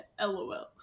LOL